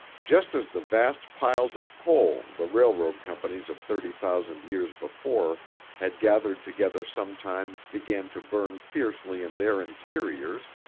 just as the vast piles of coal the railroad companies of thirty thousand years before had gathered together sometimes began to burn fiercely in their interiors,